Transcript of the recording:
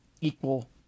equal